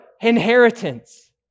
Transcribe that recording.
inheritance